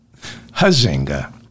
Hazinga